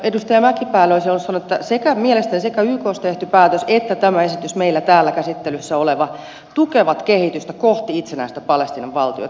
edustaja mäkipäälle olisin halunnut sanoa että mielestäni sekä ykssa tehty päätös että tämä esitys meillä täällä käsittelyssä oleva tukevat kehitystä kohti itsenäistä palestiinan valtiota